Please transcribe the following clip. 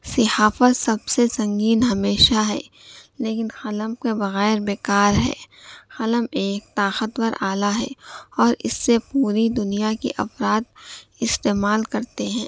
صحافت سب سے سنگین ہمیشہ ہے لیکن قلم کے بغیر بیکار ہے قلم ایک طاقتور آلہ ہے اور اس سے پوری دنیا کے افراد استعمال کرتے ہیں